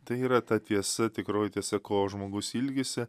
tai yra ta tiesa tikroji tiesa ko žmogus ilgisi